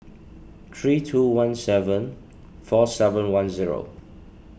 three two one seven four seven one zero